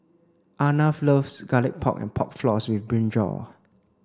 Arnav loves garlic pork and pork floss with brinjal